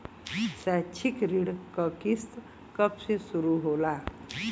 शैक्षिक ऋण क किस्त कब से शुरू होला?